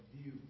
view